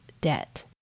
debt